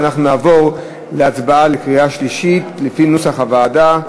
ואנחנו נעבור להצבעה בקריאה שלישית לפי נוסח הוועדה.